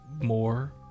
more